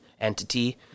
entity